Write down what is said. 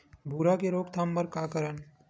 भूरा के रोकथाम बर का करन?